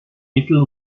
mittel